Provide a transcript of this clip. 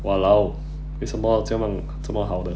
!walao! 为什么这么这么好的